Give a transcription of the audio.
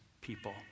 people